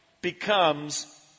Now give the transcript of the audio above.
becomes